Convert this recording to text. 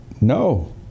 No